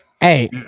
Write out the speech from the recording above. Hey